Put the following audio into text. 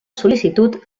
sol·licitud